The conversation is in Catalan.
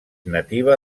nativa